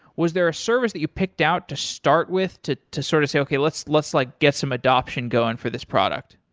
was there a service that you picked out to start with to to sort of say, okay, let's let's like get some adoption going for this product.